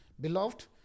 beloved